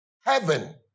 Heaven